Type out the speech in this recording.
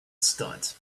stunt